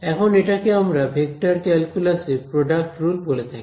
এখন এটাকে আমরা ভেক্টর ক্যালকুলাস এ প্রডাক্ট রুল বলে থাকি